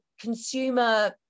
consumer